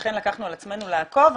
ולכן לקחנו על עצמנו לעקוב.